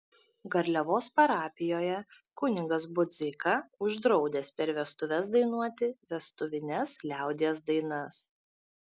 garliavos parapijoje kunigas budzeika uždraudęs per vestuves dainuoti vestuvines liaudies dainas